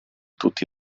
tutti